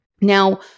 Now